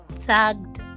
tagged